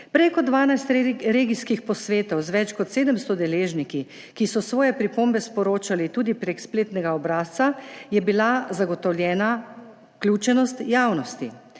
Preko 12 regijskih posvetov z več kot 700 deležniki, ki so svoje pripombe sporočali tudi prek spletnega obrazca, je bila zagotovljena vključenost javnosti.